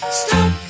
stop